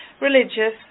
religious